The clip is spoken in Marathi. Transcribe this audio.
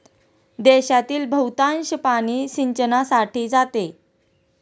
देशातील बहुतांश पाणी सिंचनासाठी जाते